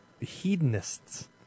hedonists